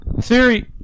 Siri